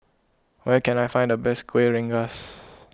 where can I find the best Kuih Rengas